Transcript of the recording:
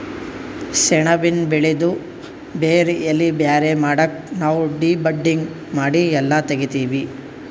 ಸೆಣಬಿನ್ ಬೆಳಿದು ಬೇರ್ ಎಲಿ ಬ್ಯಾರೆ ಮಾಡಕ್ ನಾವ್ ಡಿ ಬಡ್ಡಿಂಗ್ ಮಾಡಿ ಎಲ್ಲಾ ತೆಗಿತ್ತೀವಿ